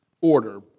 order